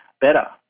better